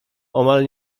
omal